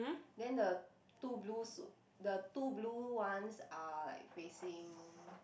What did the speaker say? then the two blues the two blue ones are like facing